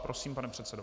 Prosím, pane předsedo.